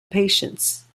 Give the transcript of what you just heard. patients